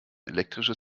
elektrische